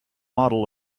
model